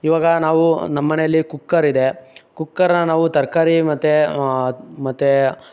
ಈವಾಗ ನಾವು ನಮ್ಮನೆಯಲ್ಲಿ ಕುಕ್ಕರ್ ಇದೆ ಕುಕ್ಕರ್ನ ನಾವು ತರಕಾರಿ ಮತ್ತೆ ಮತ್ತೆ